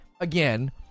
Again